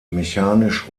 mechanisch